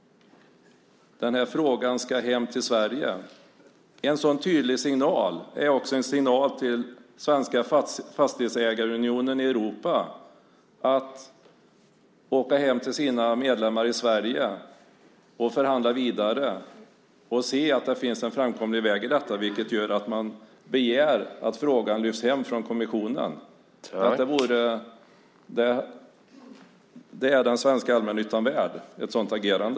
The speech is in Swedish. Frågan ska hem till Sverige! En sådan tydlig signal är också en signal till svenskarna i den europeiska fastighetsägarunionen om att åka hem till sina medlemmar i Sverige och förhandla vidare och se att det finns en framkomlig väg här, vilket gör att man begär att frågan lyfts hem från kommissionen. Ett sådant agerande är den svenska allmännyttan värd.